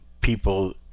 People